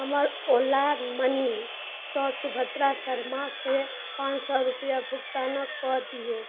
हमर ओला मनीसँ सुभद्रा शर्माकेँ पाँच सओ रुपैआ भुगतान कऽ दिऔ